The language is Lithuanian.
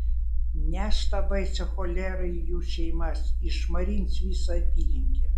neš tą baisią cholerą į jų šeimas išmarins visą apylinkę